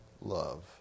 love